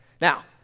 Now